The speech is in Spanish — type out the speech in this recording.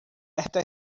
esta